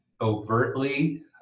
overtly